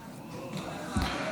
נתקבל.